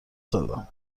زدم